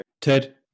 ted